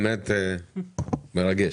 באמת מרגש.